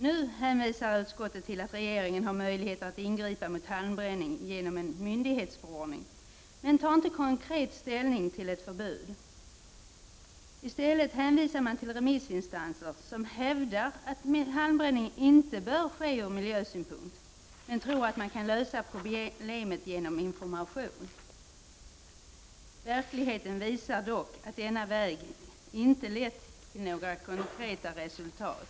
Nu hänvisar utskottet till att regeringen har möjlighet att ingripa mot halmbränning genom en myndighetsförordning, men det tar inte konkret ställning till ett förbud. I stället hänvisar man till remissinstanser som hävdar att halmbränning inte bör ske ur miljösynpunkt, men som tror att man kan lösa problemet genom information. Verkligheten visar dock att denna väg inte lett till några konkreta resultat.